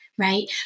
right